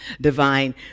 divine